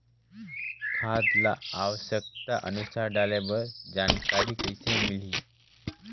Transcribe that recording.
खाद ल आवश्यकता अनुसार डाले बर जानकारी कइसे मिलही?